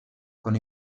con